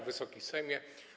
Wysoki Sejmie!